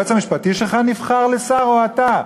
היועץ המשפטי שלך נבחר לשר או אתה?